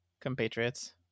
compatriots